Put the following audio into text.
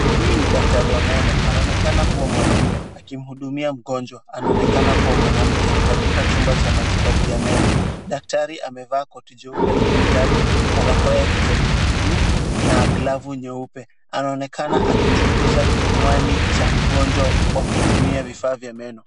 Huyu ni daktari wa meno. Anaonekana kuwa mwanamume akimhudumia mgonjwa anaonekana kuwa mwanamke katika chumba cha matibabu ya meno. Daktari amevaa koti jeupe la daktari, barakoa ya kijani kibuluu na glavu nyeupe. Anaonekana akichunguza kinywani cha mgonjwa kwa kutumia vifaa vya meno.